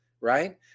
Right